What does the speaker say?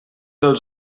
els